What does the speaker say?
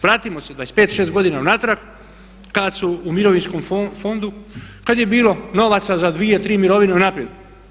Vratimo se 25, 26 godina unatrag kada su u mirovinskom fondu, kada je bilo novaca za 2, 3 mirovine unaprijed.